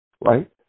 right